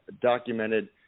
documented